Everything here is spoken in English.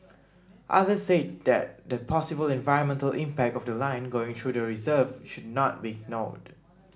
others said that the possible environmental impact of the line going through the reserve should not be ignored